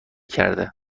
کرده